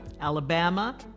Alabama